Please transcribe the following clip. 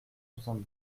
soixante